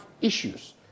issues